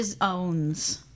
owns